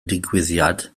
digwyddiad